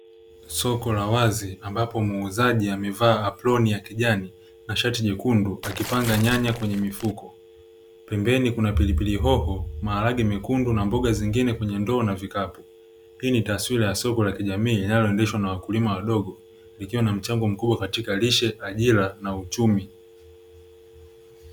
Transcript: Soko la wazi ambapo muuzaji amevaa aproni ya kijani na shati jekundu, akipanga nyanya kwenye mifuko. Pembeni kuna: pilipili hoho, maharage mekundu na mboga zingine kwenye ndoo na vikapu. Hii ni taswira ya soko la kijamii linaloendeshwa na wakulima wadogo likiwa na mchango mkubwa katika lishe, ajira na uchumi.